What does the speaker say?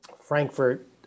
Frankfurt